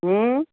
હં